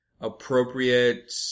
appropriate